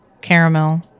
caramel